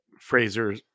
Fraser